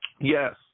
Yes